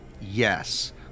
Yes